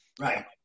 right